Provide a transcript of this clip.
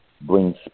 brings